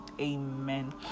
amen